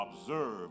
observe